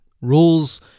rules